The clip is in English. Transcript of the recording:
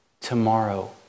tomorrow